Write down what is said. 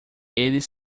eles